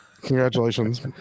Congratulations